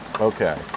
Okay